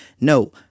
No